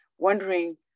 wondering